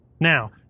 Now